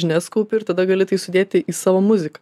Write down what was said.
žinias kaupi ir tada gali tai sudėti į savo muziką